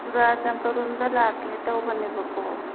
ꯆꯨꯔꯆꯥꯟꯄꯨꯔ ꯔꯣꯝꯗ ꯂꯥꯛꯀꯦ ꯇꯧꯕꯅꯦꯕꯀꯣ